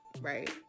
right